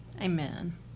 Amen